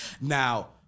Now